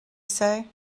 say